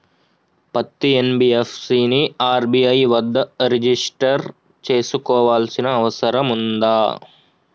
పత్తి ఎన్.బి.ఎఫ్.సి ని ఆర్.బి.ఐ వద్ద రిజిష్టర్ చేసుకోవాల్సిన అవసరం ఉందా?